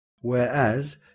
whereas